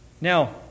Now